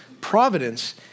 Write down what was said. providence